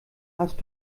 hast